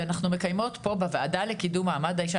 ואנחנו מקיימות פה בוועדה לקידום מעמד האישה,